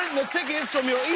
the tickets from your yeah